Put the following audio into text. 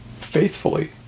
faithfully